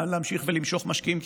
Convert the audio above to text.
גם להמשיך ולמשוך משקיעים.